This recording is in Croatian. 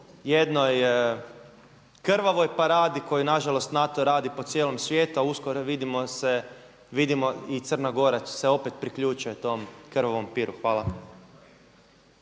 jednoj krvavoj paradi koju nažalost NATO radi po cijelom svijetu a uskoro vidimo i Crna Gora se opet priključuje tom krvavom piru. Hvala.